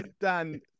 Dan